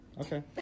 Okay